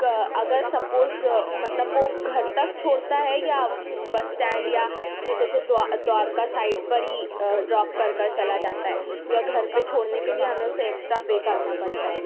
اگر سپوز مطلب وہ گھر تک چھوڑتا ہے یا بس اسٹینڈ یا کچھ ایسے دوارکا سائڈ پر ہی ڈراپ کر کر چلا جاتا ہے یا گھر پہ چھوڑنے کے لیے ہمیں اسے ایکسٹرا پے کرنا پڑتا ہے